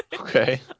Okay